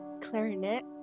clarinet